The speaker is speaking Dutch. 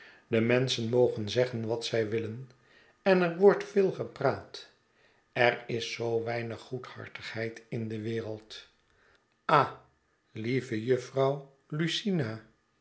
de menschen mogen zeggen wat zij willen en er wordt veel gepraat er is zoo weinig goedhartigheid in de wereld ah lieve